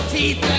teeth